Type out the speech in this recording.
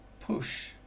push